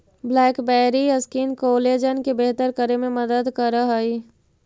blackberry skin collagen के बेहतर करे में मदद करऽ हई